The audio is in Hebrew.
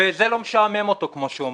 וזה לא משעמם אותו, כמו שאומרים,